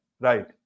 right